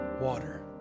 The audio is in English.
water